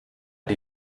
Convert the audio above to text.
die